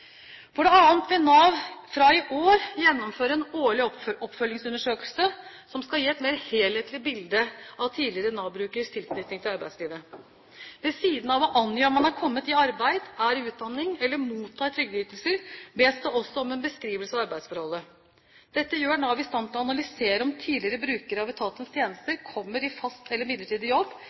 For det andre vil Nav fra i år gjennomføre en årlig oppfølgingsundersøkelse som skal gi et mer helhetlig bilde av tidligere Nav-brukeres tilknytning til arbeidslivet. Ved siden av å angi om man er kommet i arbeid, er i utdanning, eller mottar trygdeytelser, bes det også om en beskrivelse av arbeidsforholdet. Dette gjør Nav i stand til å analysere om tidligere brukere av etatens tjenester kommer i fast eller midlertidig jobb,